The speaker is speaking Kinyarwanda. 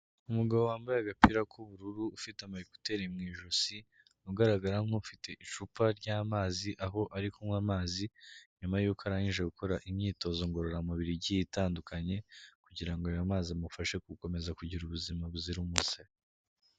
Umugabo wambaye agapira k'ubururu ufite ama ekuteri mu ijosi, ugaragara nk'ufite icupa ry'amazi aho ari kunywa amazi nyuma y'uko arangije gukora imyitozo ngororamubiri igiye itandukanye, kugira ngo ayo mazi amufashe gukomeza kugira ubuzima buzira umuze.